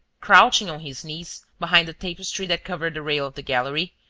crouching on his knees behind the tapestry that covered the rail of the gallery,